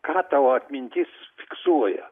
ką tavo atmintis fiksuoja